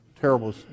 terrible